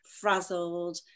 frazzled